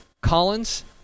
Collins